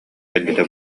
кэлбитэ